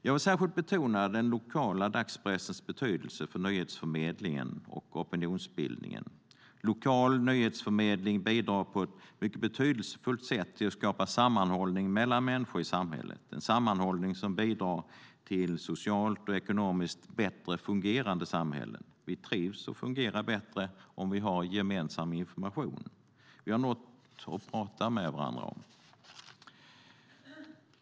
Jag vill särskilt betona den lokala dagspressens betydelse för nyhetsförmedlingen och opinionsbildningen. Lokal nyhetsförmedling bidrar på ett mycket betydelsefullt sätt till att skapa sammanhållning mellan människor i samhället - en sammanhållning som bidrar till socialt och ekonomiskt bättre fungerande samhällen. Vi trivs och fungerar bättre om vi har gemensam information. Då har vi något att prata med varandra om.